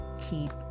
keep